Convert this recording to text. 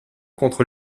contre